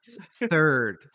third